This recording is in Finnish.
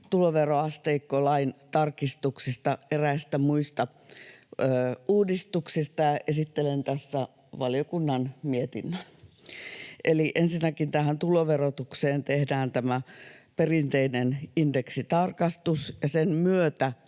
tuloveroasteikkolain tarkistuksista ja eräistä muista uudistuksista, ja esittelen tässä valiokunnan mietinnön. Eli ensinnäkin tähän tuloverotukseen tehdään tämä perinteinen indeksitarkastus, ja sen myötä